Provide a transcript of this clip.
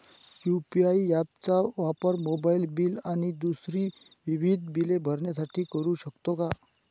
UPI app चा वापर mobile bill आणि दुसरी विविध बिले भरण्यासाठी करू शकतो का?